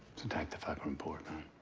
and type the fuckin' report,